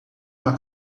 uma